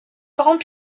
grand